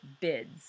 bids